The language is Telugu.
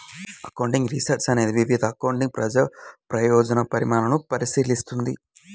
అకౌంటింగ్ రీసెర్చ్ అనేది వివిధ అకౌంటింగ్ ప్రజా ప్రయోజన పరిణామాలను పరిశీలిస్తుంది